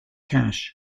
cash